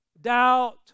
doubt